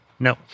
No